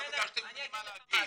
לא ביקשת ממני מה להגיד.